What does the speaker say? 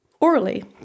orally